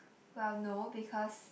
well no because